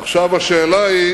עכשיו השאלה היא